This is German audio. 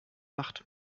macht